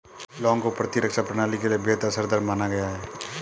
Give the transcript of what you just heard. लौंग को प्रतिरक्षा प्रणाली के लिए बेहद असरदार माना गया है